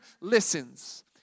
listens